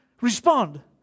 respond